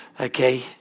Okay